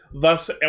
thus